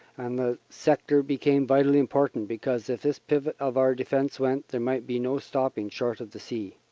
and the sector became vitally important because if this pivot of our defense went, there might be no stopping short of the sea.